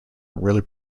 really